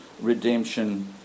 redemption